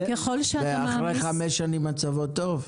אחרי שנים מצבו טוב?